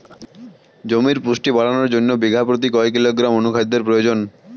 জমির পুষ্টি বাড়ানোর জন্য বিঘা প্রতি কয় কিলোগ্রাম অণু খাদ্যের প্রয়োজন?